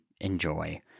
enjoy